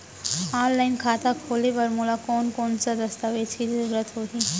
Online खाता खोले बर मोला कोन कोन स दस्तावेज के जरूरत होही?